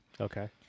okay